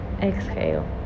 exhale